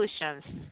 solutions